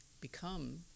Become